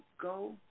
go